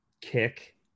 kick